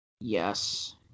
Yes